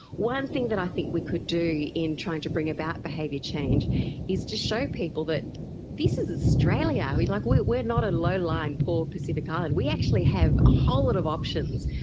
one thing that i think we could do in trying to bring about behaviour change is to show people that this is is australia. we like we are not a low-lying poor pacific island, we actually have a whole lot of options.